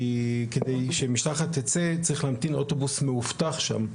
כי כדי שמשלחת תצא צריך להמתין לאוטובוס מאובטח שם.